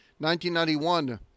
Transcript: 1991